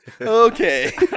Okay